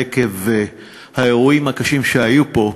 עקב האירועים הקשים שהיו פה,